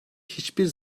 hiçbir